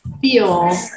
feel